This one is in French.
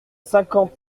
cinquante